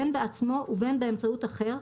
בין בעצמו ובין באמצעות אחר,